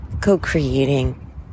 co-creating